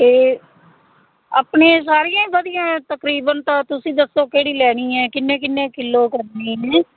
ਅਤੇ ਆਪਣੇ ਸਾਰੀਆਂ ਹੀ ਵਧੀਆ ਤਕਰੀਬਨ ਤਾਂ ਤੁਸੀਂ ਦੱਸੋ ਕਿਹੜੀ ਲੈਣੀ ਹੈ ਕਿੰਨੇ ਕਿੰਨੇ ਕਿੱਲੋ ਕਰਨੀਆਂ ਨੇ